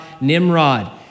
Nimrod